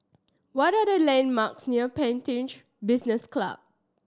what are the landmarks near Pantech Business Club